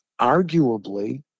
arguably